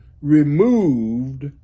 removed